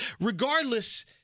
Regardless